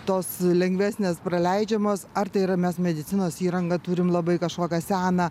tos lengvesnės praleidžiamos ar tai yra mes medicinos įrangą turime labai kažkokią seną